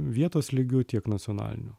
vietos lygiu tiek nacionaliniu